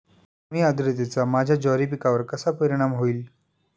कमी आर्द्रतेचा माझ्या ज्वारी पिकावर कसा परिणाम होईल?